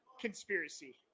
conspiracy